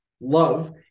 love